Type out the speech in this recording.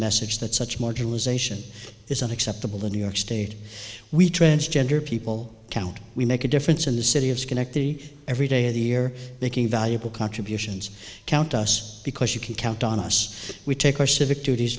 message that such marginalization is not acceptable in new york state we transgender people count we make a difference in the city of schenectady every day of the year making valuable contributions count us because you can count on us we take our civic duties